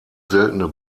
seltene